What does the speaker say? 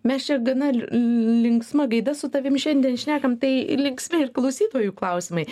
mes čia gana linksma gaida su tavim šiandien šnekam tai linksmi ir klausytojų klausimai